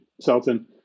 Sultan